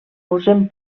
usen